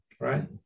right